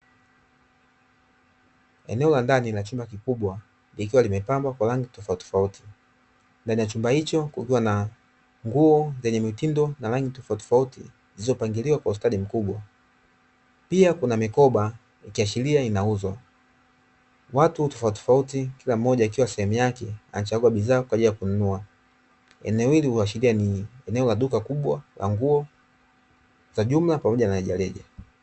Eneo la ndani la chumba kikubwa likiwa limepambwa kwa rangi tofautitofauti. Ndani ya chumba hicho kukiwa na nguo zenye mitindo na rangi tofautitofauti zilizopangiliwa kwa ustadi mkubwa, pia kuna mikoba ikiashiria inauzwa, watu tofautitofauti kila mmoja akiwa sehemu yake wanachagua bidhaa kwa ajili ya kununua. Eneo hili huashiria ni eneo la duka kubwa la nguo za jumla pamoja na rejareja.